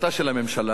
אדוני היושב-ראש,